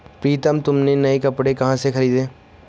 प्रितम तुमने नए कपड़े कहां से खरीदें?